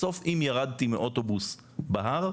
בסוף אם ירדתי מאוטובוס בהר,